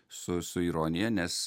su su ironija nes